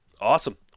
Awesome